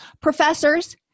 professors